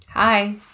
Hi